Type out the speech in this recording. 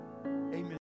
amen